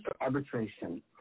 arbitration